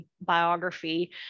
biography